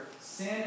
sin